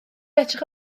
edrych